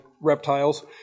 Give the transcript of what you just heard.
reptiles